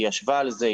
היא ישבה על זה,